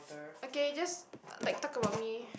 okay just like talk about me